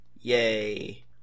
yay